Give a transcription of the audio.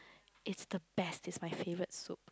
it's the best it's my favourite soup